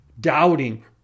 doubting